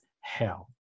hell